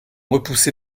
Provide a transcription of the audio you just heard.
repoussé